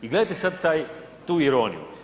I gledajte sada tu ironiju.